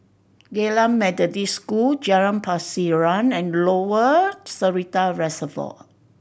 Geylang Methodist School Jalan Pasiran and Lower Seletar Reservoir